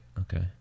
Okay